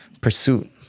pursuit